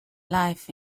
life